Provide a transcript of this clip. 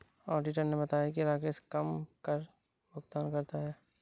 auditor ने बताया कि राकेश कम कर भुगतान करता है